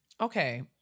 Okay